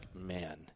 man